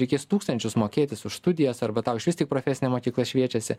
reikės tūkstančius mokėtis už studijas arba tau išvis tik profesinė mokykla šviečiasi